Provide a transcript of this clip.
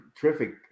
terrific